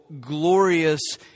glorious